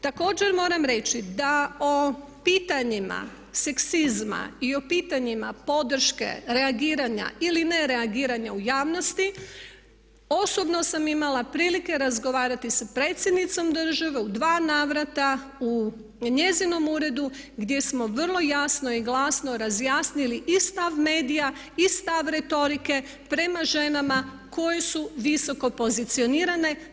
Također, moram reći da o pitanjima seksizma i o pitanjima podrške, reagiranja ili nereagiranja u javnosti osobno sam imala prilike razgovarati sa predsjednicom države u dva navrata u njezinom uredu gdje smo vrlo jasno i glasno razjasnili i stav medija i stav retorike prema ženama koje su visoko pozicionirane.